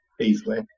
easily